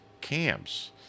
camps